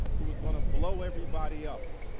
who was going to blow everybody up.